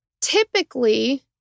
typically